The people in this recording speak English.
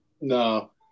no